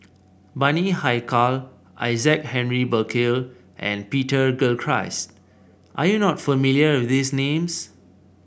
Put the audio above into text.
Bani Haykal Isaac Henry Burkill and Peter Gilchrist are you not familiar with these names